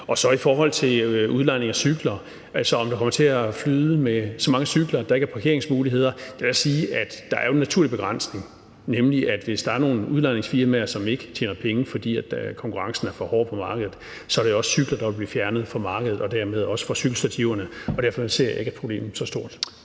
I forhold til udlejning af cykler, altså om det kommer til at flyde med så mange cykler, at der ikke er parkeringsmuligheder, vil jeg sige, at der jo er en naturlig begrænsning, nemlig at hvis der er nogle udlejningsfirmaer, som ikke tjener penge, fordi konkurrencen er for hård på markedet, så er der jo cykler, der vil blive fjernet fra markedet og dermed også fra cykelstativerne. Derfor ser jeg ikke, at problemet er så stort.